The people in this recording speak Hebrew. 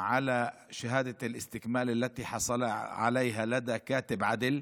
יאשר את תעודת ההשתלמות שקיבל אצל נוטריון,